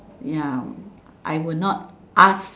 ya I would not ask